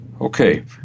Okay